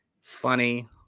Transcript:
funny